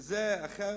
מצוין.